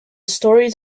stories